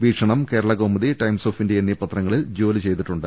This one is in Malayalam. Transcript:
വീക്ഷണം കേരളകൌമുദി ടൈംസ് ഓഫ് ഇന്ത്യ എന്നീ പത്രങ്ങളിൽ ജോലി ചെയ്തിട്ടുണ്ട്